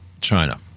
China